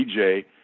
DJ